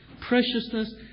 preciousness